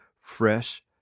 fresh